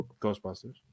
ghostbusters